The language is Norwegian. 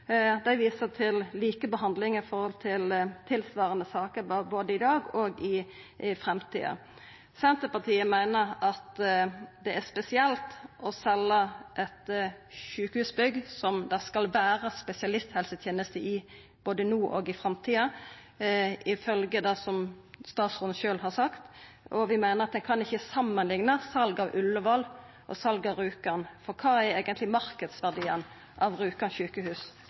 Dei viser til likebehandling i forhold til tilsvarande saker både i dag og i framtida. Senterpartiet meiner at det er spesielt å selja eit sjukehusbygg som det skal vera spesialisthelseteneste i både no og i framtida, ifølgje det som statsråden sjølv har sagt, og vi meiner at ein ikkje kan samanlikna sal av Ullevål og sal av Rjukan, for kva er eigentleg marknadsverdien av Rjukan sjukehus